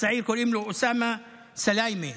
לצעיר קוראים אוסאמה סליימה,